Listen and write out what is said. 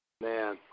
Man